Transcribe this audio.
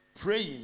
praying